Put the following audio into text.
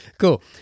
Cool